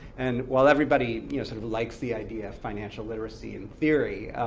and while everybody you know sort of likes the idea of financial literacy in theory,